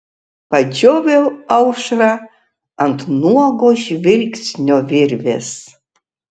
padžioviau aušrą ant nuogo žvilgsnio virvės